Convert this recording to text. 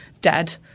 dead